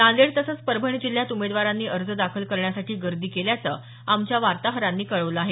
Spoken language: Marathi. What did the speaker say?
नांदेड तसंच परभणी जिल्ह्यात उमेदवारांनी अर्ज दाखल करण्यासाठी गर्दी केल्याचं आमच्या वार्ताहरांनी कळवलं आहे